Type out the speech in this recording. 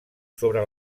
sobre